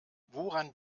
woran